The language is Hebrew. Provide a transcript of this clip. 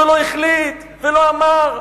ולא החליט ולא אמר,